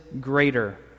greater